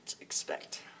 expect